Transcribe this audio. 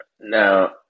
Now